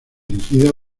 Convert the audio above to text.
dirigida